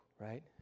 right